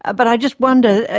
ah but i just wonder,